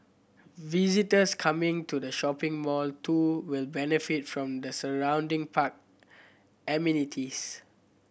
visitors coming to the shopping mall too will benefit from the surrounding park amenities